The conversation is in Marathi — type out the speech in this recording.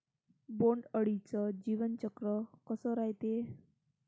बोंड अळीचं जीवनचक्र कस रायते?